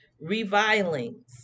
Revilings